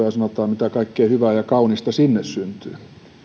ja sanotaan mitä kaikkea hyvää ja kaunista sinne syntyy